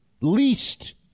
least